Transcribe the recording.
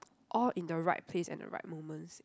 all in the right place and the right moments